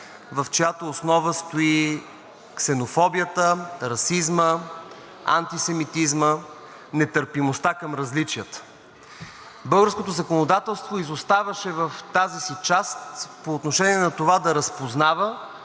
в чиято основа стоят ксенофобията, расизмът, антисемитизмът, нетърпимостта към различията. Българското законодателство изоставаше в тази си част по отношение на това да разпознава,